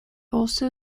also